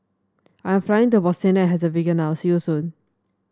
I'm flying to Bosnia and Herzegovina now see you soon